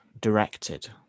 directed